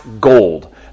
gold